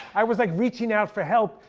i was like reaching out for help,